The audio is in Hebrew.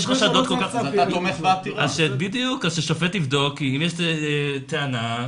כי אם יש טענה,